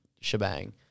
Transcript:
shebang